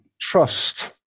trust